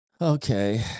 Okay